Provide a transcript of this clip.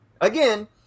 again